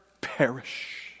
perish